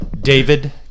David